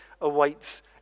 awaits